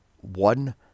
one